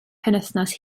penwythnos